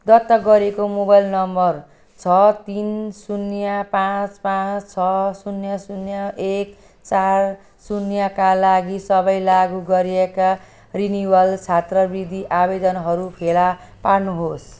दर्ता गरेको mobile number छ तिन शून्य पाँच पाँच छ शून्य शून्य एक चार शून्यका लागि सबै लागु गरिएका रिनिवल छात्रवृदि आवेदनहरू फेला पार्नुहोस्